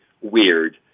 weird